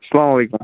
سلامُ علیکُم